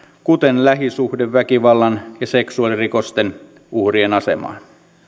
kuten lähisuhdeväkivallan ja seksuaalirikosten uhrien asemaan